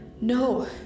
No